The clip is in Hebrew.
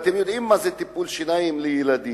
אתם יודעים מה זה טיפול שיניים לילדים,